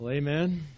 Amen